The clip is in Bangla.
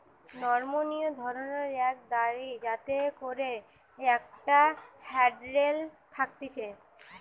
নমনীয় ধরণের এক দড়ি যাতে করে একটা হ্যান্ডেল থাকতিছে